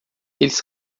eles